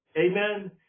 Amen